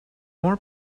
more